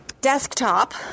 desktop